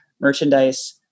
merchandise